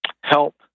help